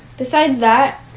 besides that,